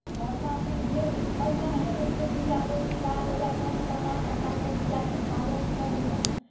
वर्षा नहि भेल पाइनहे लऽ कऽ बीआ लोक गिरा लैए पानि पटा पटा कऽ बीआके पालन करैए